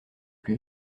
plus